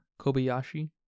Kobayashi